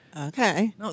Okay